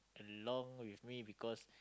a long with me because